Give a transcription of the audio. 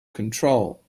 control